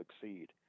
succeed